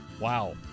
Wow